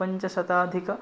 पञ्चशताधिक